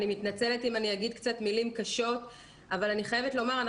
אני מתנצלת אם אגיד קצת מילים קשות אבל אני חייבת לומר.